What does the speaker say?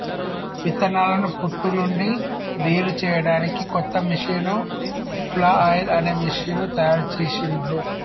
విత్తనాలను పొట్టు నుండి వేరుచేయడానికి కొత్త మెషీను ఫ్లఐల్ అనే మెషీను తయారుచేసిండ్లు